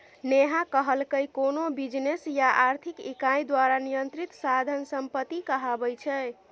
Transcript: नेहा कहलकै कोनो बिजनेस या आर्थिक इकाई द्वारा नियंत्रित साधन संपत्ति कहाबै छै